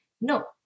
no